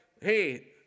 hey